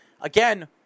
again